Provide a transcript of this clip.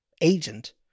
agent